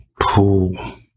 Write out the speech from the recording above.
Pool